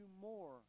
more